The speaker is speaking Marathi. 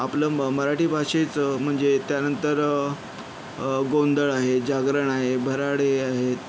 आपलं म मराठी भाषेचं म्हणजे त्यांनतर गोंधळ आहे जागरण आहे भराडे आहेत